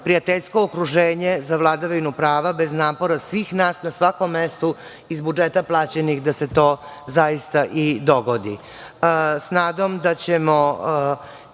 prijateljsko okruženje za vladavinu prava, bez napora svih nas, na svakom mestu, iz budžeta plaćenih da se to zaista i dogodi.S